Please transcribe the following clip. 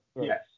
yes